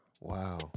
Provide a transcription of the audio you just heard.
Wow